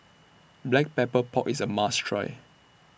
Black Pepper Pork IS A must Try